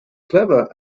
clever